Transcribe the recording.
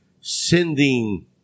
sending